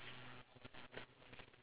keep on going